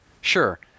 Sure